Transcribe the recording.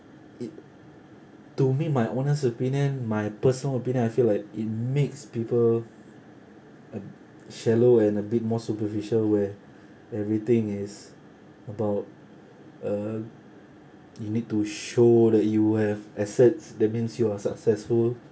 it to me my honest opinion my personal opinion I feel like it makes people uh shallow and a bit more superficial where everything is about uh you need to show that you have assets that means you are successful